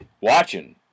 watching